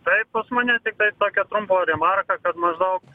tai pas mane tiktai tokia trumpa remarka kad maždaug